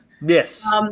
Yes